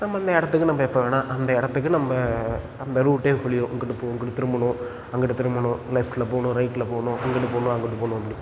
நம்ம அந்த இடத்துக்கு நம்ம எப்போ வேணால் அந்த இடத்துக்கு நம்ம அந்த ரூட்டே சொல்லிடும் இங்கிட்டு போ இங்கிட்டு திரும்பணும் அங்கிட்டு திரும்பணும் லெஃப்ட்டில் போகணும் ரைட்டில் போகணும் அங்கிட்டு போகணும் அங்கிட்டு போகணும் அப்படி